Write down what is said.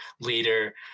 leader